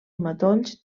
matolls